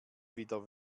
wieder